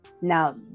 Now